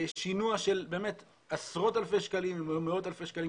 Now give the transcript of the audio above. שינוע של עשרות אלפי שקלים ומאות אלפי שקלים,